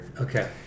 Okay